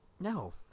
No